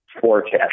forecast